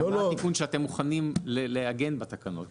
לגבי התיקון שאתם מוכנים לעגן בתקנות.